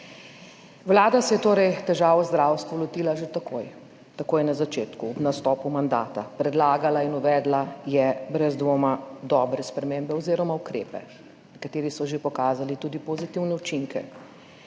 Vlada se je torej težav v zdravstvu lotila že takoj, takoj na začetku, ob nastopu mandata. Predlagala in uvedla je brez dvoma dobre spremembe oziroma ukrepe, nekateri so že pokazali tudi pozitivne učinke.